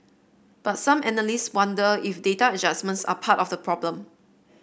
but some analysts wonder if data adjustments are part of the problem